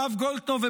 הרב גולדקנופ,